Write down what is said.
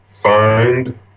Find